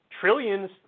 Trillions